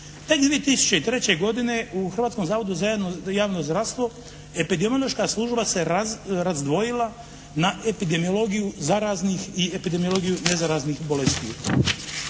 2003. godine u Hrvatskom zavodu za javno zdravstvo epidemiološka se razdvojila na epidemiologiju zaraznih i epidemiologiju nezaraznih bolesti.